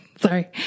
Sorry